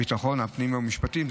המשרד לביטחון לאומי ומשרד המשפטים.